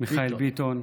מיכאל ביטון.